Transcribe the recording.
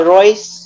Royce